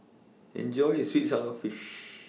Enjoy your Sweet Sour Fish